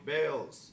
Bales